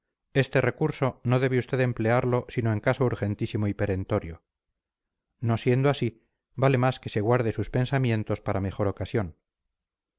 este recurso no debe usted emplearlo sino en caso urgentísimo y perentorio no siendo así vale más que se guarde sus pensamientos para mejor ocasión